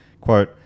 Quote